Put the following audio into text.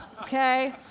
Okay